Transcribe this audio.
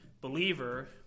believer